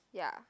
ya